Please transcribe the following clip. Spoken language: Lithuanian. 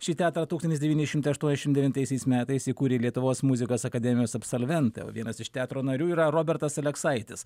šį teatrą tūkstantis devyni šimtai aštuoniasdešim devintaisiais metais įkūrė lietuvos muzikos akademijos absolventai o vienas iš teatro narių yra robertas aleksaitis